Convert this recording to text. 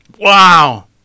Wow